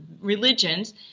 religions